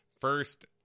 first